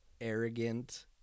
arrogant